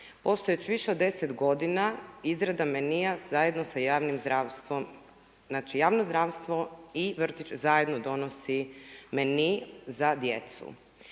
postoje već više od 10 godina izrada menue zajedno sa javnim zdravstvom. Znači javno zdravstvo i vrtić zajedno donosi menue za djecu.